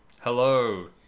Hello